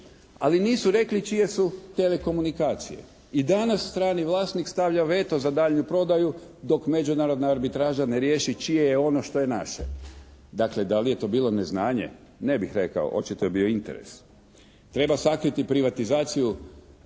ali nisu rekli čije su telekomunikacije. I danas strani vlasnik stavlja veto za daljnju prodaju dok međunarodna arbitraža ne riješi čije je ono što je naše. Dakle, da li je to bilo neznanje? Ne bih rekao. Očito je bio interes. Treba sakriti privatizaciju